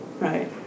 Right